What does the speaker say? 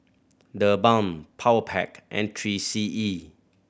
TheBalm Powerpac and Three C E